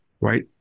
right